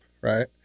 right